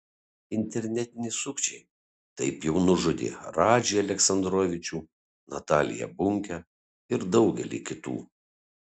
internetiniai sukčiai taip jau nužudė radžį aleksandrovičių nataliją bunkę ir daugelį kitų